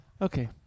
Okay